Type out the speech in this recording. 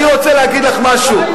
אני רוצה להגיד לך משהו.